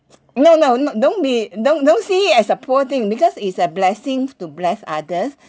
no no no don't be don't don't see it as a poor thing because it's a blessing to bless others